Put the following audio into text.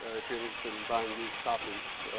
ah if you're interested in buying used copies,